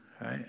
right